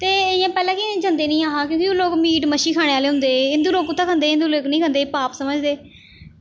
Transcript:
ते इ'यां पैह्लें कि जंदे निं हे क्योंकि ओह् लोक मीट मच्छी खाने आह्ले होंदे हिंदु लोग कु'त्थें खंदे हिंदु लोग नेईं खंदे पाप समझदे